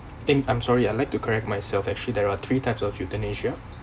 eh I'm sorry I'd like to correct myself actually there are three types of euthanasia